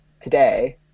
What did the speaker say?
today